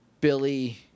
Billy